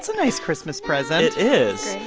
so nice christmas present it is,